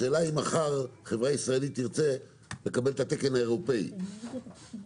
השאלה היא אם מחר חברה ישראלית תרצה לקבל את התקן האירופאי אז